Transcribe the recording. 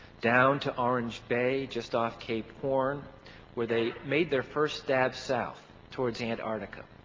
down to orange bay just off cape horn where they made their first stab south, towards antarctica.